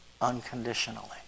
unconditionally